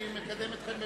אני מקדם אתכם בברכה.